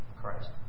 Christ